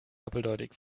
doppeldeutig